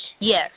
Yes